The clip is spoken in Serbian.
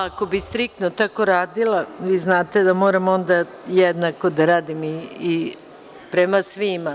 Ako bi striktno tako radila, vi znate da moram onda jednako da radim i prema svima.